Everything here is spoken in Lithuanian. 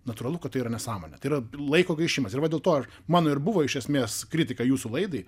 natūralu kad tai yra nesąmonė tai yra laiko gaišimas ir va dėl to mano ir buvo iš esmės kritika jūsų laidai